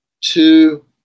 two